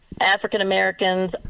African-Americans